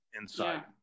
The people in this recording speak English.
inside